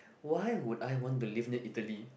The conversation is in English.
why would I want to live near Italy